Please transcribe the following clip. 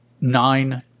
nine